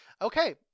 Okay